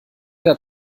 der